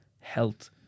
health